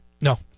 No